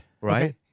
right